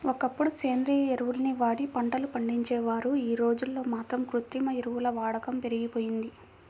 ఒకప్పుడు సేంద్రియ ఎరువుల్ని వాడి పంటలు పండించేవారు, యీ రోజుల్లో మాత్రం కృత్రిమ ఎరువుల వాడకం పెరిగిపోయింది